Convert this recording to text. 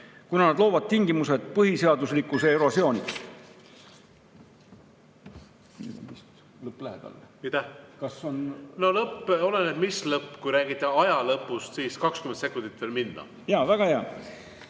kuna need loovad tingimused põhiseaduslikkuse erosiooniks.